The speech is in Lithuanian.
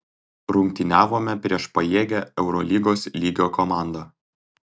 rungtyniavome prieš pajėgią eurolygos lygio komandą